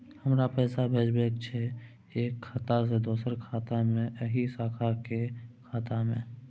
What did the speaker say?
हमरा पैसा भेजबाक छै एक खाता से दोसर खाता मे एहि शाखा के खाता मे?